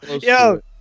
yo